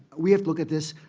we have to look at this,